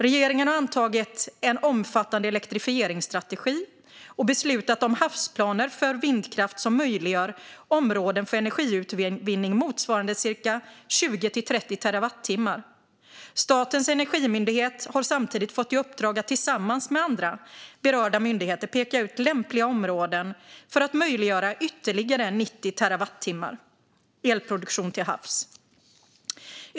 Regeringen har antagit en omfattande elektrifieringsstrategi och beslutat om havsplaner för vindkraft som möjliggör områden för energiutvinning motsvarande cirka 20-30 terawattimmar. Statens energimyndighet har samtidigt fått i uppdrag att tillsammans med andra berörda myndigheter peka ut lämpliga områden för att möjliggöra ytterligare 90 terawatttimmar elproduktion till havs.